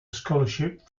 scholarship